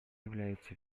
являются